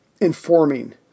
informing